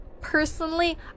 Personally